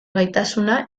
gaitasuna